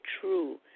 true